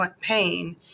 pain